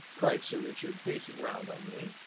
cried sir richard, facing round on me,